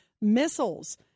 missiles